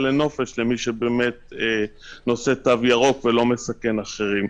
לנופש למי שבאמת נושא תו ירוק ולא מסכן אחרים.